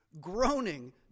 Groaning